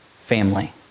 family